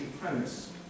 premise